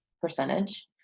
percentage